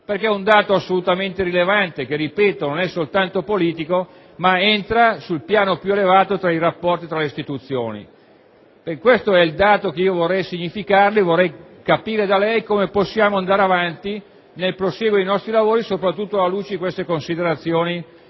perché è un dato assolutamente rilevante che - ripeto - non è soltanto politico ma entra sul piano più elevato dei rapporti tra le istituzioni. Questo è il dato che vorrei significarle e vorrei capire da lei come possiamo andare avanti nel prosieguo dei nostri lavori, soprattutto alla luce di queste considerazioni